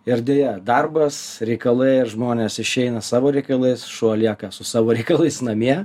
ir deja darbas reikalai ir žmonės išeina su savo reikalais šuo lieka su savo reikalais namie